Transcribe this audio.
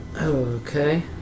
Okay